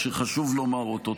שחשוב לומר אותו.